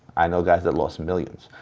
i know guys that lost millions.